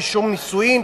רישום נישואים,